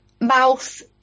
Mouth